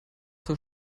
zur